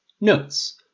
Notes